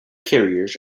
carriers